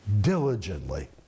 diligently